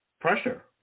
pressure